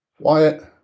Wyatt